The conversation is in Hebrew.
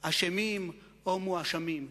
אשמים או מואשמים.